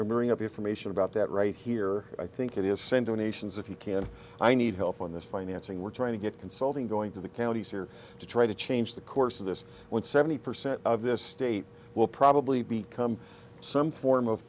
moving up information about that right here i think it is send donations if you can i need help on this financing we're trying to get consulting going to the counties or to try to change the course of this when seventy percent of this state will probably become some form of